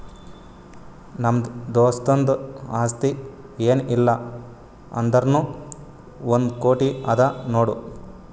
ನಮ್ದು ದೋಸ್ತುಂದು ಆಸ್ತಿ ಏನ್ ಇಲ್ಲ ಅಂದುರ್ನೂ ಒಂದ್ ಕೋಟಿ ಅದಾ ನೋಡ್